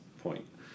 point